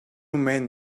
men